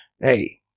Hey